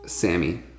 Sammy